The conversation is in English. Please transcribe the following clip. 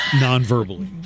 non-verbally